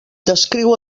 descriu